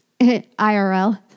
IRL